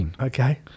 Okay